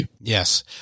Yes